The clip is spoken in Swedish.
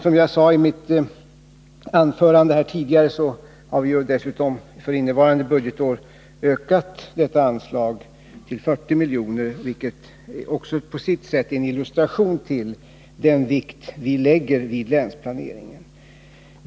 Som jag sade i mitt tidigare anförande har vi dessutom för innevarande budgetår ökat detta anslag till 40 miljoner, vilket på sitt sätt kan ses som en illustration till den vikt vi lägger vid länsplaneringen.